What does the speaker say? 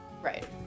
Right